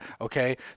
okay